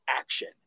action